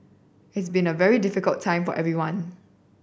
it's been a very difficult time for everyone